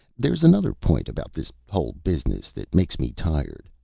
there's another point about this whole business that makes me tired,